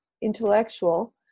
intellectual